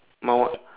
my one